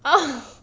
ah